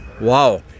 Wow